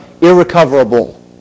irrecoverable